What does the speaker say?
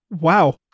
Wow